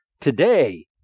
today